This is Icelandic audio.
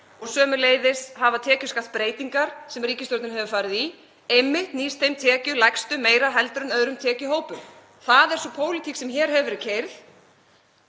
og sömuleiðis hafa tekjuskattsbreytingar sem ríkisstjórnin hefur farið í einmitt nýst þeim tekjulægstu meira heldur en öðrum tekjuhópum. Það er sú pólitík sem hér hefur verið